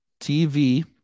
TV